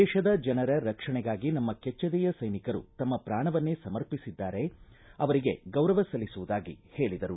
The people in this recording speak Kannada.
ದೇಶದ ಜನರ ರಕ್ಷಣೆಗಾಗಿ ನಮ್ಮ ಕೆಜ್ಜೆದೆಯ ಸೈನಿಕರು ತಮ್ನ ಪ್ರಾಣವನ್ನೇ ಸಮರ್ಪಿಸಿದ್ದಾರೆ ಅವರಿಗೆ ಗೌರವ ಸಲ್ಲಿಸುವುದಾಗಿ ಹೇಳಿದರು